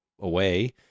away